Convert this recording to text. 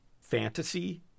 fantasy